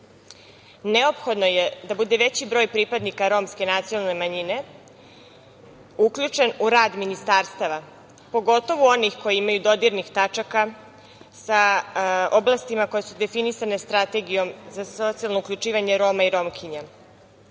manjine. Neophodno je da veći broj pripadnika romske nacionalne manjine bude uključen u rad ministarstava, pogotovo onih koji imaju dodirnih tačaka sa oblastima koje su definisane strategijom za socijalno uključivanje Roma i Romkinja. Kad